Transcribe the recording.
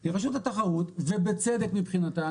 כי רשות התחרות ובצדק מבחינתה,